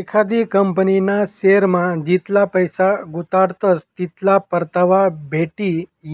एखादी कंपनीना शेअरमा जितला पैसा गुताडात तितला परतावा भेटी